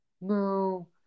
No